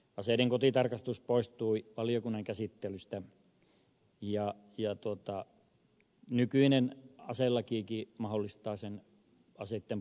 aseiden kotitarkastus poistui valiokunnan käsittelyssä ja nykyinen aselakikin mahdollistaa aseitten poisoton poliisille